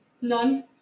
None